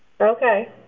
Okay